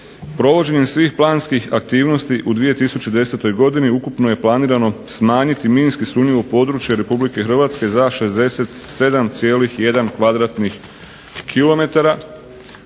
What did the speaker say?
provođenjem svih planskih aktivnosti u 2010. godini ukupno je planirano smanjiti minski sumnjivo područje RH za 67,1 km2,